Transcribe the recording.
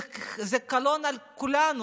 זה קלון על כולנו,